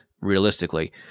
realistically